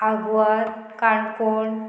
Aguada Canacona